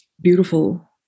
Beautiful